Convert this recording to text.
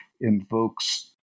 invokes